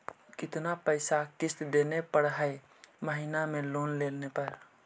कितना पैसा किस्त देने पड़ है महीना में लोन लेने पर?